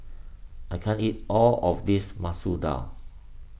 I can't eat all of this Masoor Dal